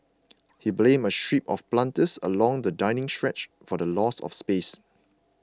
he blamed a strip of planters along the dining stretch for the loss of space